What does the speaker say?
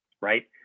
right